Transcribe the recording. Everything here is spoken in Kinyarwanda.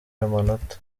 amanota